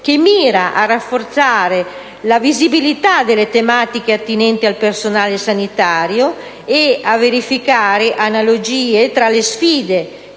che mira a rafforzare la visibilità delle tematiche attinenti al personale sanitario e a verificare analogie tra le sfide